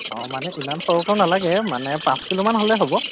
অঁ মানে ইমান সৰুটো নালাগে মানে পাঁচ কিলোমান হ'লেই হ'ব